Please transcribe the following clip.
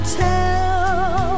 tell